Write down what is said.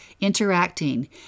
interacting